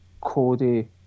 Cody